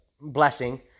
blessing